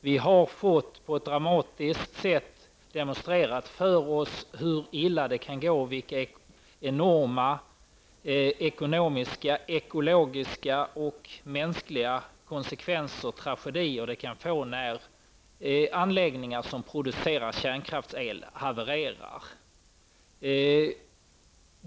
Vi har på ett dramatiskt sätt fått demonstrerat för oss hur illa det kan gå och vilka enorma ekonomiska, ekologiska och mänskliga konsekvenser och tragedier det kan få när anläggningar som producerar kärnkraftsel havererar.